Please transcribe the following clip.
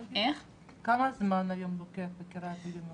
כמה זמן היום לוקח חקירה אפידמיולוגית?